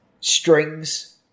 strings